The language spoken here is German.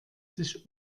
sich